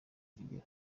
urugero